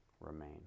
remain